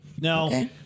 Now